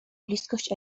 bliskość